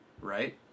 right